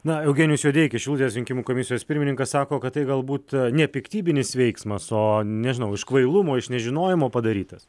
na eugenijus judeikis šių rinkimų komisijos pirmininkas sako kad tai galbūt nepiktybinis veiksmas o nežinau iš kvailumo iš nežinojimo padarytas